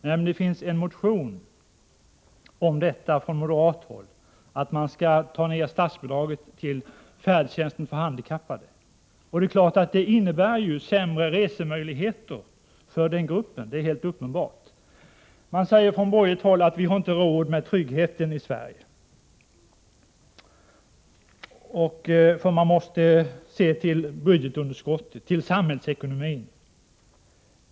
Nej, men det finns en moderatmotion som handlar om att man skall sänka statsbidraget till färdtjänsten för handikappade. Det är klart att detta innebär sämre resemöjligheter för den gruppen — det är helt uppenbart. Man säger från borgerligt håll att vi inte har råd med tryggheten i Sverige på grund av budgetunderskottet och samhällsekonomin.